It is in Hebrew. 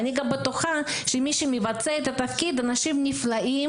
אני גם בטוחה שמי שמבצע את התפקיד הם אנשים נפלאים